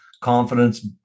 confidence